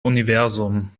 universum